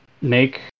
make